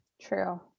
True